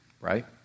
right